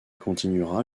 continuera